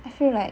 I feel like